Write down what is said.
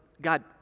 God